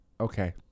Okay